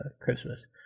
Christmas